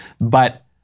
but-